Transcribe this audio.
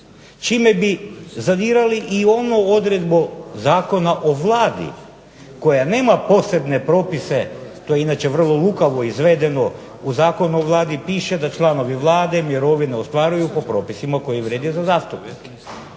čime bi zadirali u onu odredbu Zakona o Vladi koja nema posebne propise. To je inače vrlo lukavo izvedeno, u Zakonu o Vladi piše da članovi Vlade mirovine ostvaruju po propisima koji vrijede za zastupnike.